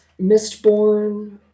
Mistborn